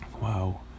wow